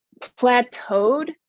plateaued